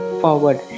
forward